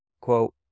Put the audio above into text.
quote